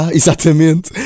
exatamente